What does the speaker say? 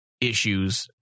issues